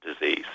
disease